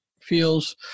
Feels